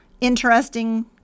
interesting